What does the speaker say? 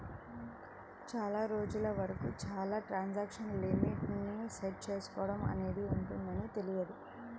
చాలా రోజుల వరకు ఇలా ట్రాన్సాక్షన్ లిమిట్ ని సెట్ చేసుకోడం అనేది ఉంటదని తెలియదు